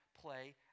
play